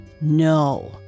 No